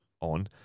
on